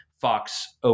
Fox